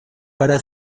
para